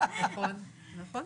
נכון, נכון.